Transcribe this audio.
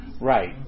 Right